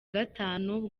gatanu